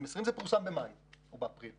מה שאתם רואים פה פורסם במאי או אפריל.